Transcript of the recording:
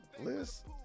list